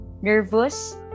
nervous